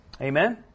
Amen